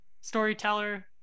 storyteller